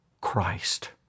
Christ